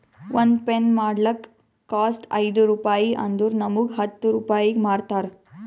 ಒಂದ್ ಪೆನ್ ಮಾಡ್ಲಕ್ ಕಾಸ್ಟ್ ಐಯ್ದ ರುಪಾಯಿ ಆದುರ್ ನಮುಗ್ ಹತ್ತ್ ರೂಪಾಯಿಗಿ ಮಾರ್ತಾರ್